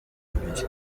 bubiri